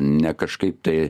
ne kažkaip tai